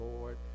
Lord